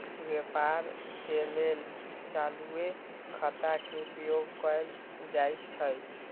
व्यापार के लेल चालूये खता के उपयोग कएल जाइ छइ